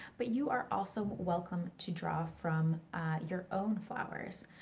but you are also welcome to draw from your own flowers.